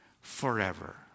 forever